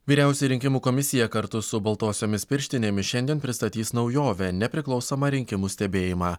vyriausioji rinkimų komisija kartu su baltosiomis pirštinėmis šiandien pristatys naujovę nepriklausomą rinkimų stebėjimą